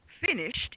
finished